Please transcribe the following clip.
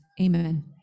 Amen